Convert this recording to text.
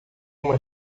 uma